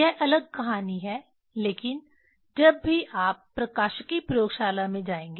यह अलग कहानी है लेकिन जब भी आप प्रकाशिकी प्रयोगशाला में जाएंगे